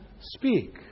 speak